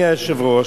היושב-ראש,